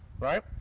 right